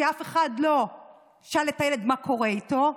כי אף אחד לא שאל את הילד מה קורה איתו,